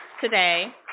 today